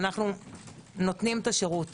אנו נותנים את השירות